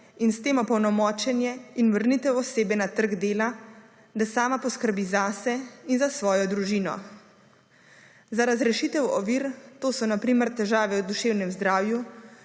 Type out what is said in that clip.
in s tem opolnomočenje in vrnitev osebe na trg dela, da sama poskrbi zase in za svojo družino. Za razrešitev ovir, to so na primer težave v duševnem zdravju,